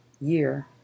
year